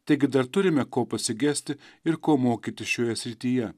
taigi dar turime ko pasigesti ir ko mokyti šioje srityje